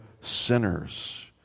sinners